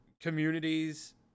communities